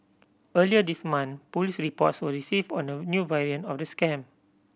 earlier this month police reports were received on a new variant of the scam